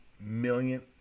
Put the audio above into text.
million